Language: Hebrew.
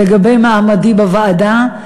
לגבי מעמדי בוועדה.